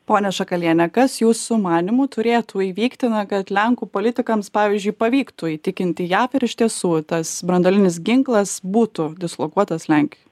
ponia šakaliene kas jūsų manymu turėtų įvykti na kad lenkų politikams pavyzdžiui pavyktų įtikinti jav ir iš tiesų tas branduolinis ginklas būtų dislokuotas lenkijoj